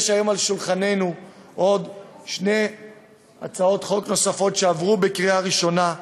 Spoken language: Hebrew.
יש היום על שולחננו עוד שתי הצעות חוק נוספות שעברו בקריאה ראשונה,